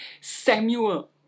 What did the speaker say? Samuel